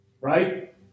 Right